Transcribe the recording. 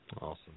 Awesome